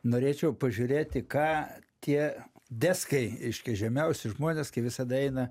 norėčiau pažiūrėti ką tie deskai reiškia žemiausi žmonės kai visada eina